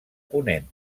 ponent